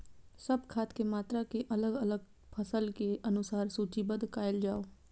सब खाद के मात्रा के अलग अलग फसल के अनुसार सूचीबद्ध कायल जाओ?